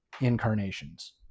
incarnations